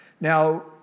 Now